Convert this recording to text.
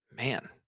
man